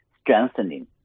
strengthening